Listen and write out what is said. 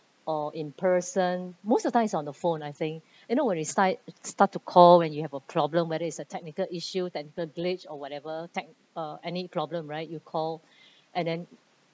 or in person most of time is on the phone I think and when it it's time start to call when you have a problem whether it's a technical issue that the glitch or whatever tech~ uh any problem right you call and then